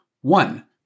One